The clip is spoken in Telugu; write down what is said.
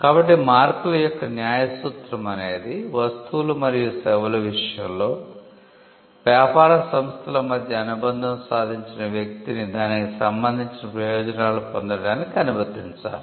కాబట్టి మార్కుల యొక్క న్యాయ సూత్రం అనేది వస్తువులు మరియు సేవల విషయంలో వ్యాపార సంస్థల మధ్య అనుబంధం సాదించిన వ్యక్తిని దానికి సంబంధించిన ప్రయోజనాలను పొందటానికి అనుమతించాలి